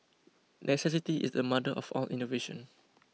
necessity is the mother of all innovation